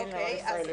אוקיי.